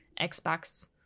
Xbox